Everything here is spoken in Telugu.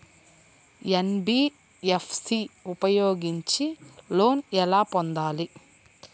ఎన్.బీ.ఎఫ్.సి ఉపయోగించి లోన్ ఎలా పొందాలి?